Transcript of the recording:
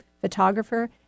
photographer